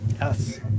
Yes